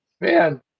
Man